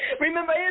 Remember